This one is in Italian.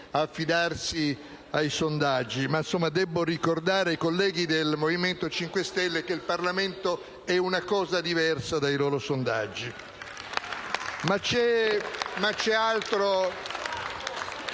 affidarsi ai sondaggi, ma debbo ricordare ai colleghi del Movimento 5 Stelle che il Parlamento è cosa diversa dai loro sondaggi. *(Applausi